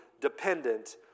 dependent